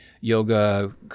yoga